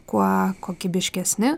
kuo kokybiškesni